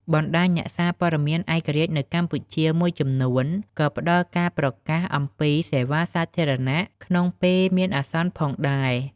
បណ្តាញអ្នកសារព័ត៌មានឯករាជ្យនៅកម្ពុជាមួយចំនួនក៏ផ្តល់ការប្រកាសអំពីសេវាសាធារណៈក្នុងពេលមានអាសន្នផងដែរ។